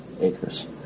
acres